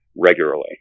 regularly